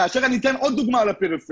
כאשר אני אתן עוד דוגמה לפריפריה.